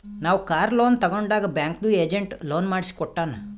ನಾವ್ car loan ತಗೊಂಡಾಗ್ ಬ್ಯಾಂಕ್ದು ಏಜೆಂಟ್ ಲೋನ್ ಮಾಡ್ಸಿ ಕೊಟ್ಟಾನ್